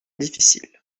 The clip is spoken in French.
difficile